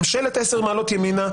ממשלת עשר מעלות ימינה,